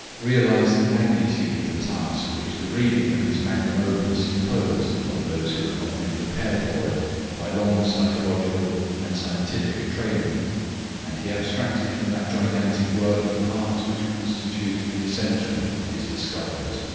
realized the magnitude of the task which the reading of his magnum opus imposed upon those who have not been prepared for it by long psychological and scientific training and he abstracted from that gigantic work the parts which constitute the essential of his discoveries.